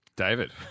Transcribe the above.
David